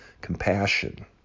compassion